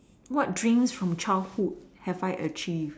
what dreams from childhood have I achieved